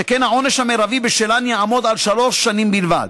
שכן העונש המרבי בשלן יעמוד על שלוש שנים בלבד.